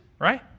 Right